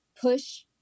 push